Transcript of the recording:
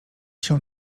się